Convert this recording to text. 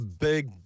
big